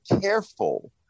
careful